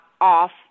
off